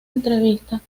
entrevistas